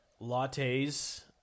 lattes